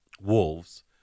wolves